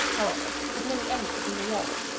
however, with many angles in the wall,